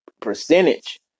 percentage